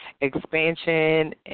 expansion